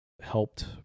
helped